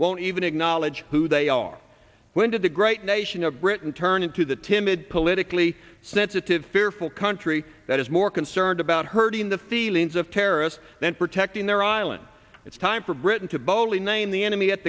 won't even acknowledge who they are when did the great nation of britain turn into the timid politically sensitive fearful country that is more concerned about hurting the feelings of terrorists than protecting their island it's time for britain to boldly name the